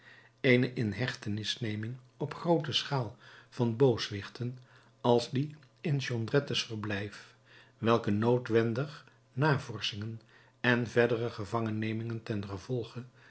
eene inhechtenisneming op groote schaal van booswichten als die in jondrettes verblijf welke noodwendig navorschingen en verdere gevangennemingen ten gevolge